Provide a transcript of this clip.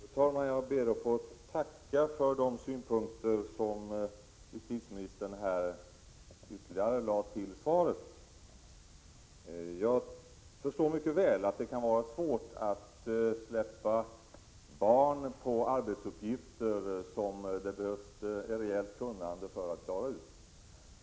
Fru talman! Jag ber att få tacka jusititeministern för dessa ytterligare synpunkter. Jag förstår mycket väl att det kan vara svårt att låta barn ge sig på arbetsuppgifter som det behövs ett rejält kunnande för att klara av.